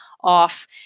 off